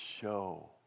show